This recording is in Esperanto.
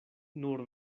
nur